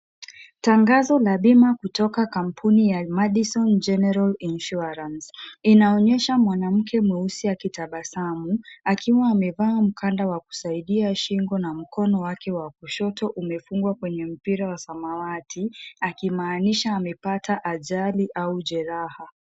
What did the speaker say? Tangazo la bima kutoka kampuni ya Madison General Insurance, inaonyesha mwanamke mweusi akitabasamu akiwa amevaa mkanda wa kusaidia shingo na mkono wake wa kushoto umefungwa kwenye mpira wa samawati akimaanisha amepata ajali au jeraha.